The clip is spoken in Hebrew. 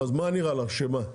אז מה נראה לך שמה?